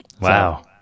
Wow